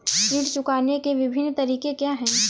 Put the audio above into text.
ऋण चुकाने के विभिन्न तरीके क्या हैं?